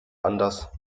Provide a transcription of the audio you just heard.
anders